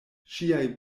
ŝiaj